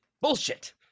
bullshit